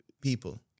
people